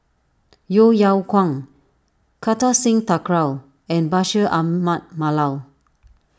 Yeo Yeow Kwang Kartar Singh Thakral and Bashir Ahmad Mallal